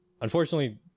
unfortunately